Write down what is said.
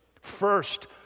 First